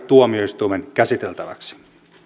tuomioistuimen käsiteltäväksi